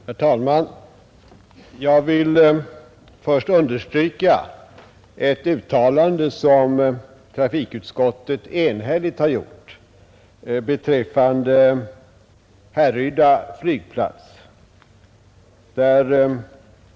Herr talman! Jag vill först understryka ett uttalande som trafikutskottet enhälligt har gjort beträffande Härryda flygplats.